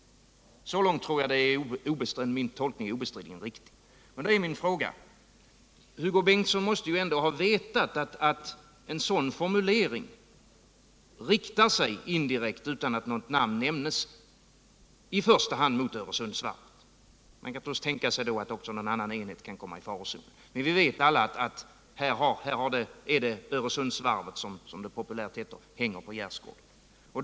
Så långt tror jag att min tolkning är obestridligen riktig. Jag vill av den anledningen ställa en fråga. Hugo Bengtsson måste väl ändå ha vetat att en sådan formulering indirekt — utan att något namn nämns -— riktar sig i första hand mot Öresundsvarvet? Man kan naturligtvis tänka sig att också någon annan enhet kan komma i farozonen, men vi vet alla att det är Öresundsvarvet som hänger på gärdsgårn, som det så populärt heter.